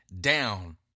down